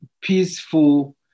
peaceful